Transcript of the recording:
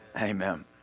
Amen